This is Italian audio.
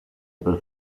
per